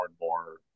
more